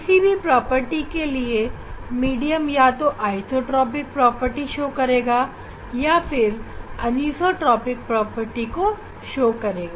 किसी भी गुण के लिए मीडियम या तो आइसोट्रॉपिक गुण या फिर अनीसोट्रॉपिक गुण प्रतीत करेगा